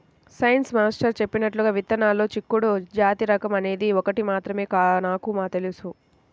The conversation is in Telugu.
సైన్స్ మాస్టర్ చెప్పినట్లుగా విత్తనాల్లో చిక్కుడు జాతి రకం అనేది ఒకటని మాత్రం నాకు తెలుసు